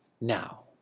now